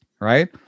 right